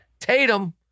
Tatum